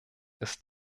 ist